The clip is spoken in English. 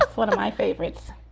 one of my favorites